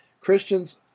Christians